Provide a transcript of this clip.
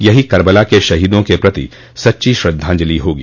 यही कर्बला के शहीदों के प्रति सच्ची श्रद्धांजलि होगी